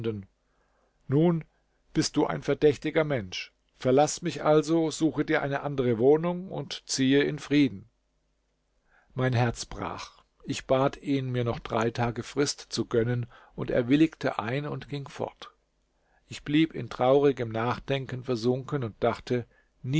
nun bist du ein verdächtiger mensch verlaß mich also suche dir eine andere wohnung und ziehe in frieden mein herz brach ich bat ihn mir noch drei tage frist zu gönnen und er willigte ein und ging fort ich blieb in traurigem nachdenken versunken und dachte